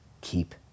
keep